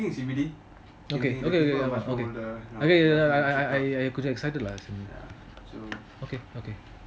okay okay okay okay okay I I I கொஞ்சம்:konjam quite excited lah okay okay